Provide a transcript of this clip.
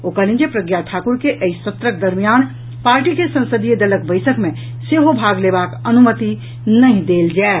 ओ कहलनि जे प्रज्ञा ठाकुर के एहि सत्रक दरमियान पार्टी के संसदीय दलक बैसक मे सेहो भाग लेबाक अनुमति नहि देल जायत